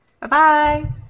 Bye-bye